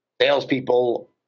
salespeople